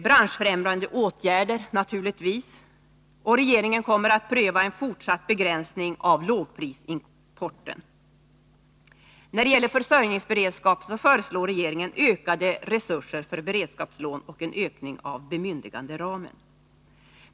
I förslaget ingår naturligtvis också branschförändrande åtgärder. Regeringen kommer att pröva en fortsatt begränsning av lågprisimporten. När det gäller försörjningsberedskapen föreslår regeringen ökade resurser för beredskapslån och en ökning av bemyndiganderamen.